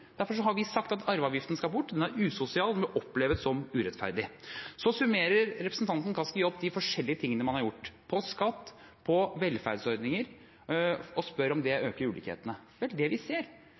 Derfor har vi sagt at arveavgiften skal bort – den er usosial, og den oppleves som urettferdig. Så summerer representanten Kaski opp de forskjellige tingene man har gjort når det gjelder skatt, og når det gjelder velferdsordninger, og spør om det øker ulikhetene. Vel, det vi ser,